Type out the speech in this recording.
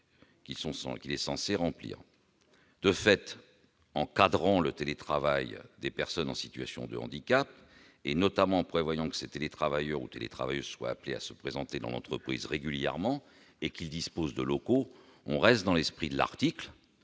à ses devoirs. De fait, en encadrant le télétravail des personnes en situation de handicap, particulièrement en prévoyant que ces télétravailleurs ou télétravailleuses sont appelés à se présenter dans l'entreprise régulièrement et qu'ils y disposent de locaux, on reste dans l'esprit de l'article